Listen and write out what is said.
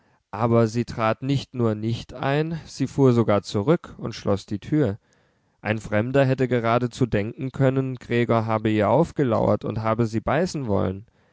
aber sie trat nicht nur nicht ein sie fuhr sogar zurück und schloß die tür ein fremder hätte geradezu denken können gregor habe ihr aufgelauert und habe sie beißen wollen